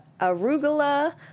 arugula